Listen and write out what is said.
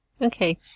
Okay